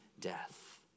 death